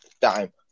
time